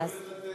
לצטט